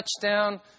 touchdown